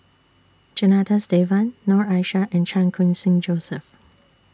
Janadas Devan Noor Aishah and Chan Khun Sing Joseph